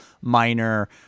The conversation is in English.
minor